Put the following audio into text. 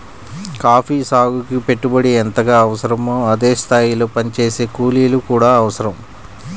coffee సాగుకి పెట్టుబడి ఎంతగా అవసరమో అదే స్థాయిలో పనిచేసే కూలీలు కూడా అవసరం